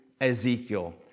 Ezekiel